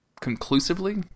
conclusively